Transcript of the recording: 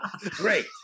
Great